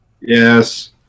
Yes